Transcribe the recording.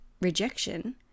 rejection